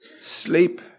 sleep